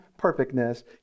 Perfectness